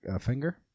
finger